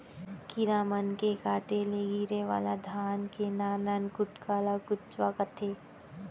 कीरा मन के काटे ले गिरे वाला धान के नान नान कुटका ल कुचवा कथें